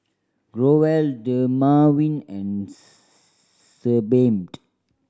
Growell Dermaveen and Sebamed